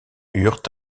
eurent